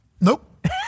Nope